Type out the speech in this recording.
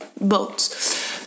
boats